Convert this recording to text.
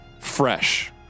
fresh